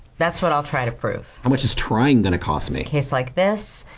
that's what i'll try to prove. how much is trying gonna cost me? case like this,